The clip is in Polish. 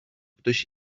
ktoś